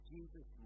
Jesus